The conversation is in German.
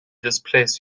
displays